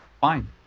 fine